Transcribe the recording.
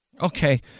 Okay